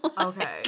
Okay